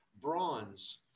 bronze